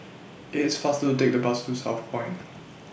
IT IS faster to Take The Bus to Southpoint